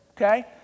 Okay